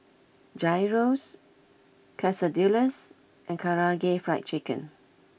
Gyros Quesadillas and Karaage Fried Chicken